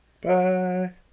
Bye